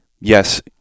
Yes